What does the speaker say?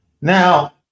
Now